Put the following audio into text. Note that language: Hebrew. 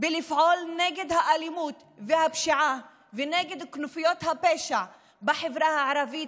בלפעול נגד האלימות והפשיעה ונגד כנופיות הפשע בחברה הערבית,